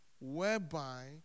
whereby